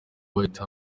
white